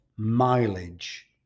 mileage